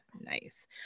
nice